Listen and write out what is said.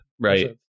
right